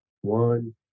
One